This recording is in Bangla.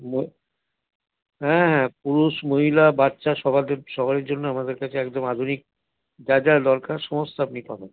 হ্যাঁ হ্যাঁ পুরুষ মহিলা বাচ্চা সবারই জন্য আমাদের কাছে আধুনিক যা যা দরকার সমস্ত আপনি পাবেন